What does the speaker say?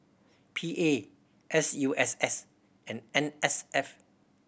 P A S U S S and N S F